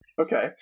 Okay